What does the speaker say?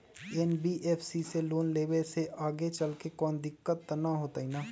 NBFC से loan लेबे से आगेचलके कौनो दिक्कत त न होतई न?